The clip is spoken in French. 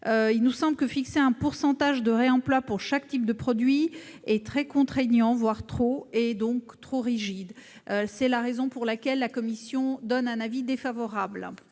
Il nous semble que fixer un pourcentage de réemploi pour chaque type de produit est très contraignant, donc trop rigide. C'est la raison pour laquelle la commission émet un avis défavorable